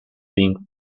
being